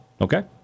Okay